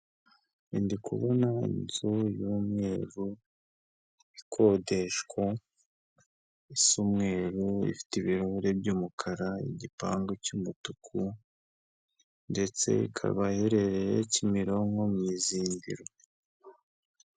Ndikubona inzu y'umweru ikodeshwa isa umweru, ifite ibirahuri by'umukara, igipangu cy'umutuku ndetse ikaba iherereye Kimironko mu Izindiro.